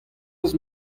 eus